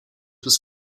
was